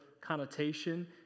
connotation